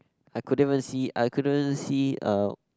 I couldn't even see I couldn't see uh